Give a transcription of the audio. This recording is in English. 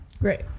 Great